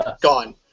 Gone